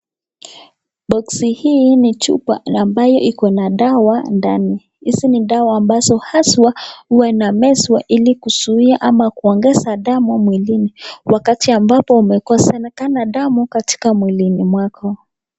Box hii ni chupa ambayo iko na dawa ndani ambazo haswa huwa inamezwa ili kuzuia ama kuongeza damu mwilini wakati ambapo umekosekana damu katika mwilini mwako.